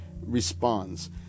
responds